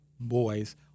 boys